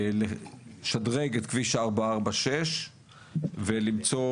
לשדרג את כביש 446 לשוטף ולמצוא